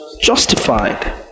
justified